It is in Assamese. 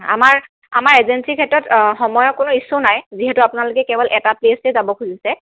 আমাৰ আমাৰ এজেঞ্চিৰ ক্ষেত্ৰত কোনো ইছু নাই যিহেতু আপোনালোকে কেৱল এটা প্লেছ হে যাব খুজিছে